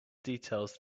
details